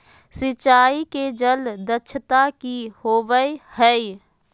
सिंचाई के जल दक्षता कि होवय हैय?